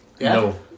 No